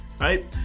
right